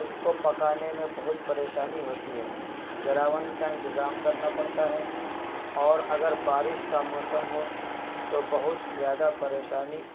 اس کو پکانے میں بہت پریشانی ہوتی ہے جلاون کا انتظام کرنا پڑتا ہے اور اگر بارش کا موسم ہو تو بہت زیادہ پریشانی